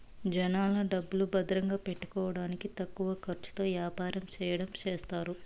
జనాల డబ్బులు భద్రంగా పెట్టుకోడానికి తక్కువ ఖర్చుతో యాపారం చెయ్యడం చేస్తారు